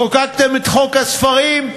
חוקקתם את חוק הספרים,